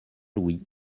louis